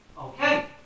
Okay